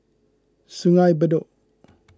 Sungei Bedok